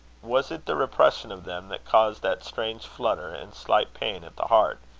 was it the repression of them that caused that strange flutter and slight pain at the heart,